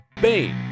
Bane